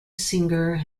singer